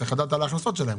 צריך לדעת על ההכנסות שלהם,